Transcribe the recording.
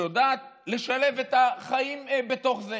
שיודעת לשלב את החיים בתוך זה.